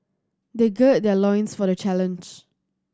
they gird their loins for the challenge